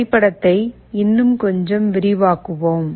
வரைபடத்தை இன்னும் கொஞ்சம் விரிவாக்குவோம்